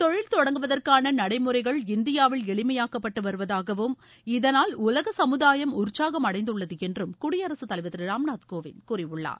தொழில் தொடங்குவதற்கான நடைமுறைகள் இந்தியாவில் எளிமையாக்கப்பட்டு வருவதாகவும் இதனால் உலக சமூதாயம் உற்சாகம் அடைந்துள்ளது என்றும் குடியரசு தலைவர் திரு ராம்நாத் கோவிந்த் கூறியுள்ளார்